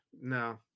no